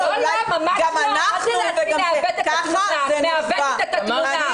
את מעוותת את התמונה.